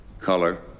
color